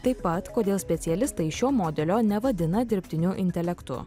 taip pat kodėl specialistai šio modelio nevadina dirbtiniu intelektu